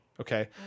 Okay